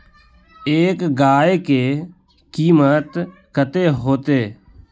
एक गाय के कीमत कते होते?